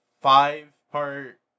five-part